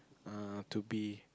err to be